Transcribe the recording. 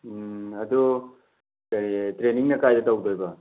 ꯑꯗꯨ ꯀꯔꯤ ꯇ꯭ꯔꯦꯟꯅꯤꯡꯅ ꯀꯥꯏꯗ ꯇꯧꯗꯣꯔꯤꯕ